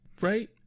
Right